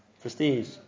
prestige